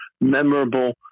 memorable